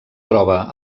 troba